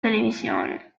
televisione